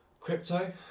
crypto